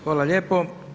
Hvala lijepo.